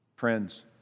Friends